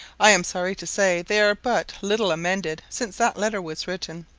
i am sorry to say they are but little amended since that letter was written.